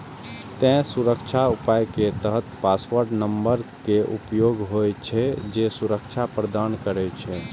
तें सुरक्षा उपाय के तहत पासवर्ड नंबर के उपयोग होइ छै, जे सुरक्षा प्रदान करै छै